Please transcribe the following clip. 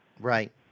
Right